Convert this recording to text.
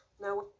Now